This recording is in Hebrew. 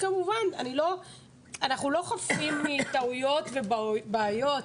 כמובן, אנחנו לא חפים מטעויות ובעיות.